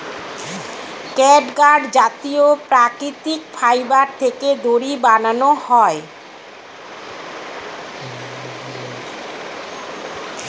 catgut জাতীয় প্রাকৃতিক fibre থেকে দড়ি বানানো হয়